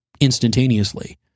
instantaneously